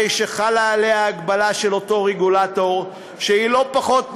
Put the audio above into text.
חלה עליה הגבלה של אותו רגולטור שהיא לא פחות משערורייה,